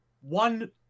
one